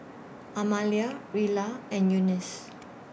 Amalia Rilla and Eunice